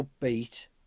upbeat